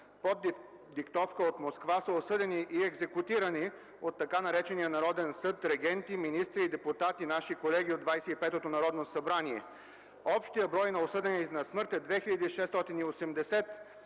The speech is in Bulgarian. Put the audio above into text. под диктовка от Москва са осъдени и екзекутирани от така наречения народен съд регенти, министри и депутати – наши колеги от Двадесет и петото Народно събрание. Общият брой на осъдените на смърт е 2680,